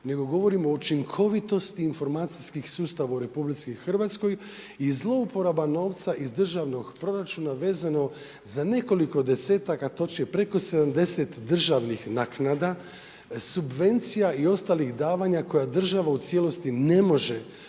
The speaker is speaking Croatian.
nego govorimo o učinkovitosti informacijskih sustava u RH i zlouporaba novca iz državnog proračuna vezano za nekoliko desetaka točnije preko 70 državnih naknada, subvencija i ostalih davanja koje država u cijelosti ne može koristiti